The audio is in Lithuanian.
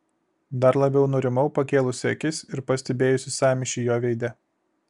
dar labiau nurimau pakėlusi akis ir pastebėjusi sąmyšį jo veide